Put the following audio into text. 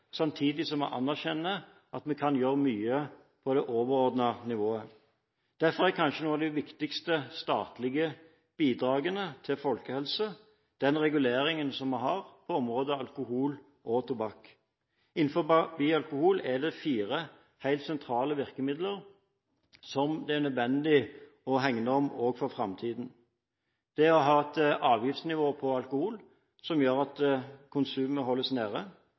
samtidig som vi anerkjenner at vi kan gjøre mye på det overordnede nivået. Derfor er kanskje noe av det viktigste statlige bidraget til folkehelse den reguleringen som vi har på områdene alkohol og tobakk. Bare innenfor området alkohol er det fire helt sentrale virkemidler som det er nødvendig å hegne om også for framtiden. Det er å ha et avgiftsnivå på alkohol som gjør at konsumet holdes nede.